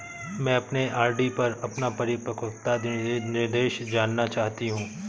मैं अपने आर.डी पर अपना परिपक्वता निर्देश जानना चाहती हूँ